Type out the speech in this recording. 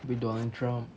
abeh donald trump